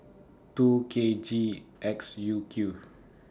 two K G X U Q